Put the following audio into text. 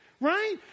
right